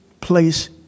place